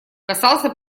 касался